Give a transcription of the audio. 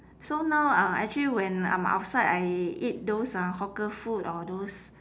so now uh actually when I'm outside I eat those uh hawker food or those